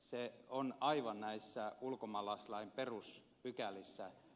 se on aivan näissä ulkomaalaislain peruspykälissä